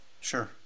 Sure